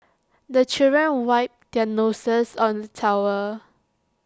the children wipe their noses on the towel